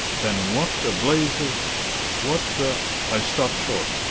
then what the blazes what the i stopped short.